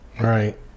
Right